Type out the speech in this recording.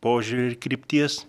požiūrio ir krypties